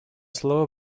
слово